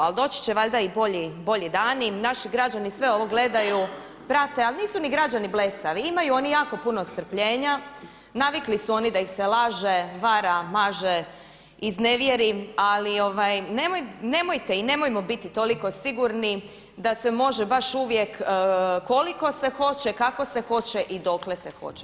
Ali doći će valjda i bolji dani, naši građani sve ovo gledaju, prate, ali nisu ni građani blesavi imaju oni jako puno strpljenja, navikli su oni da ih se laže, vara, maže, iznevjeri ali nemojte i nemojmo biti toliko sigurni da se može baš uvijek koliko se hoće, kako se hoće i dokle se hoće.